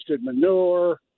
manure